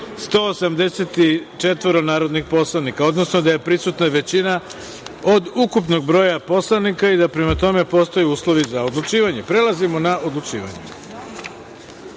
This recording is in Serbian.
184 narodnih poslanika, odnosno da je prisutna većina od ukupnog broja poslanika i da prema tome postoje uslovi za odlučivanje. Prelazimo na odlučivanje. Prva